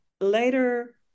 later